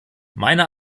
meiner